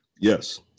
Yes